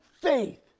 Faith